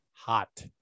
hot